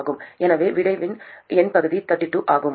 எனவே விடையின் எண் பகுதி 32 ஆகும்